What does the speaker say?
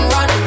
Run